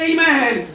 Amen